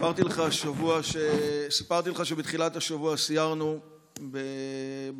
סיפרתי לך שבתחילת השבוע סיירנו בשומרון,